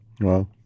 Wow